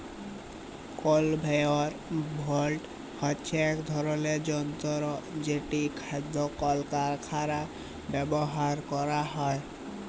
conveyor belt হছে ইক ধরলের যল্তর যেট খাইদ্য কারখালায় ব্যাভার ক্যরা হ্যয়